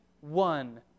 one